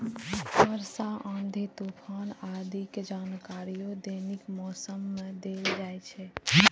वर्षा, आंधी, तूफान आदि के जानकारियो दैनिक मौसम मे देल जाइ छै